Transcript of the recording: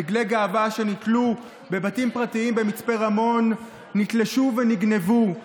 דגלי גאווה שנתלו בבתים פרטיים במצפה רמון נתלשו ונגנבו,